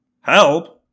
Help